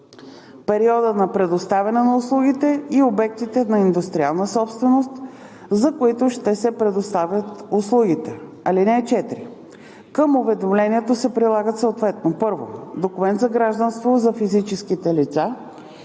периода на предоставяне на услугите и обектите на индустриална собственост, за които ще се предоставят услугите. (4) Към уведомлението се прилагат съответно: 1. документ за гражданство за физическите лица